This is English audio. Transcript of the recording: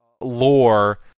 lore